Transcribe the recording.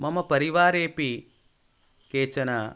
मम परिवारेपि केचन